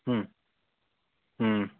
ಹ್ಞೂ ಹ್ಞೂ